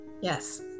Yes